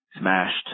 smashed